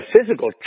physical